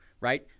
right